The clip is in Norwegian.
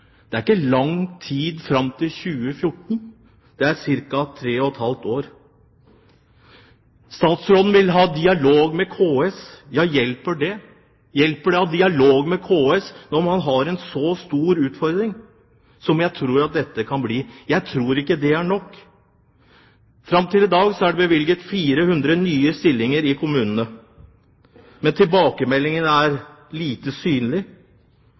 Det er ikke lang tid fram til 2014. Det er ca. tre og et halvt år. Statsråden vil ha dialog med KS. Hjelper det? Hjelper det å ha dialog med KS, når man har en så stor utfordring som jeg tror dette kan bli? Jeg tror ikke at det er nok. Fram til i dag er det bevilget 400 nye stillinger i kommunene. Men tilbakemeldingene er at det er lite synlig.